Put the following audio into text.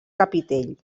capitell